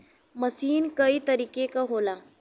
मसीन कई तरीके क होला